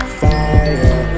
fire